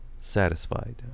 satisfied